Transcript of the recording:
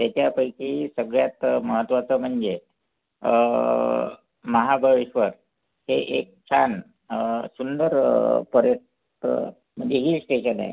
त्याच्यापैकी सगळ्यात महत्त्वाचं म्हणजे महाबळेश्वर हे एक छान सुंदर पर्यटन म्हणजे हिल स्टेशन आहे